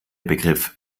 begriff